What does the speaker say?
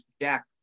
Jack